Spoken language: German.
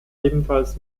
ebenfalls